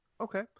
Okay